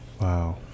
Wow